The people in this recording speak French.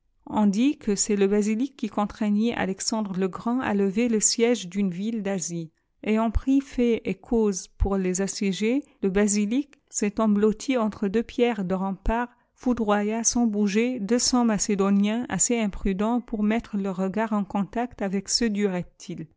on dit que c'est le basilic qui contraignit alexandre le grand à lever le siège d'une ville d'asie ayant pris fait et cause pour les assiégés le basilic a'étant blotti entre deuxpieriies de rempart foudroya sans bouger deux cents macédoniens assez imprudents pour mettre leurs regards en contact avec ceux du reptile